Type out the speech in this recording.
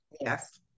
yes